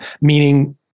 meaning